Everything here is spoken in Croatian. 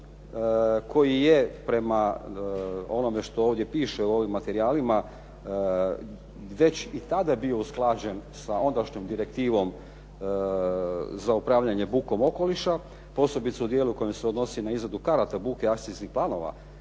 koji je prema onome što ovdje piše u ovim materijalima već i tada bio usklađen sa ondašnjom direktivom za upravljanjem buke okoliša, posebice u dijelu koji se odnosi na izradu buke akcijskih planova,